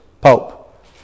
Pope